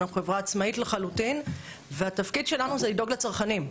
אנחנו חברה עצמאית לחלוטין והתפקיד שלנו זה לדאוג לצרכנים.